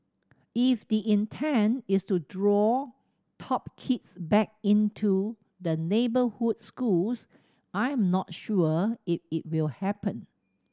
if the intent is to draw top kids back into the neighbourhood schools I'm not sure if it will happen